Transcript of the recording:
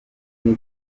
niko